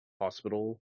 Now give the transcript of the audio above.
hospital